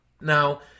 Now